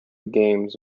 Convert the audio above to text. games